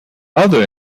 other